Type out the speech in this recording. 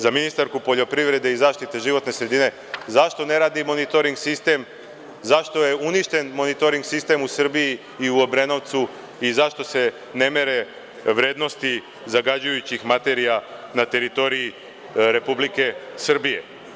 Za ministarku poljoprivrede i zaštite životne sredine – zašto ne radi monitoring sistem, zašto je uništen monitoring sistem u Srbiji i u Obrenovcu i zašto se ne mere vrednosti zagađujućih materija na teritoriji Republike Srbije?